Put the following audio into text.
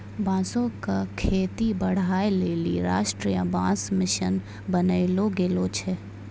बांसो क खेती बढ़ाय लेलि राष्ट्रीय बांस मिशन बनैलो गेलो छै